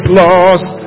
lost